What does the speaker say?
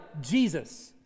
Jesus